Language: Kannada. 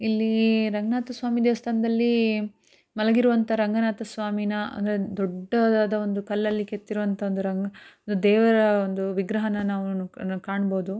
ಇಲ್ಲಿ ರಂಗನಾಥ ಸ್ವಾಮಿ ದೇವಸ್ಥಾನ್ದಲ್ಲಿ ಮಲಗಿರುವಂಥ ರಂಗನಾಥ ಸ್ವಾಮಿನ ಅಂದರೆ ದೊಡ್ಡದಾದ ಒಂದು ಕಲ್ಲಲ್ಲಿ ಕೆತ್ತಿರುವಂಥದ್ದು ರಂಗ ದೇವರ ಒಂದು ವಿಗ್ರಹನ ನಾವು ಕಾಣ್ಬೋದು